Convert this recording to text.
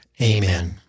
Amen